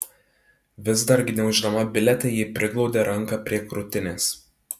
vis dar gniauždama bilietą ji priglaudė ranką prie krūtinės